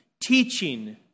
teaching